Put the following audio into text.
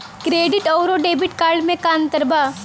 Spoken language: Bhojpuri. क्रेडिट अउरो डेबिट कार्ड मे का अन्तर बा?